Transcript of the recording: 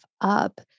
up